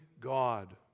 God